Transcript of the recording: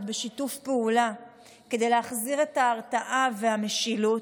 בשיתוף פעולה כדי להחזיר את ההרתעה והמשילות,